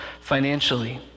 financially